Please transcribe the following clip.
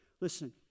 Listen